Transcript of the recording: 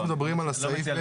אנחנו מדברים על הסעיף,